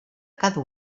cada